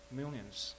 millions